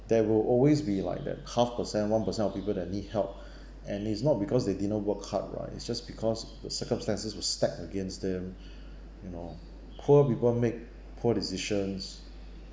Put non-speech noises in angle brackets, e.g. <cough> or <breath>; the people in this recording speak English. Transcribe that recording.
there will always be like that half percent one percent of people that need help <breath> and it's not because they didn't work hard right it's just because the circumstances were stack against them you know poor people make poor decisions